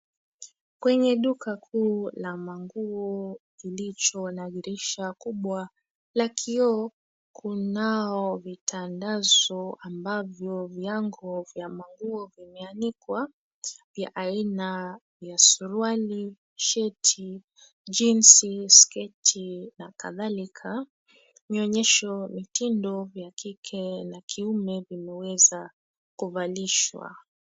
Kwenye duka kuu la manguo kilicho na dirisha kubwa la kioo kunao vitandazo ambavyo viango vya manguo vimeanikwa vya aina ya suruali, sheti, jeans , sketi na kadhalika. Mionyesho mitindo ya kike na kiume vimeweza kuvalishwa.